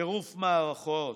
טירוף מערכות.